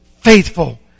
faithful